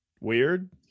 weird